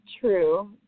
true